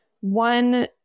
one